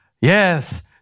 Yes